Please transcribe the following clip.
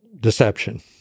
deception